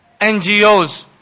NGOs